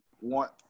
want